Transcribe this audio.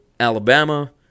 Alabama